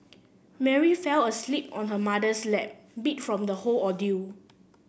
Mary fell asleep on her mother's lap beat from the whole ordeal